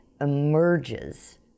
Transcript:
emerges